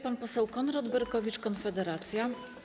Pan poseł Konrad Berkowicz, Konfederacja.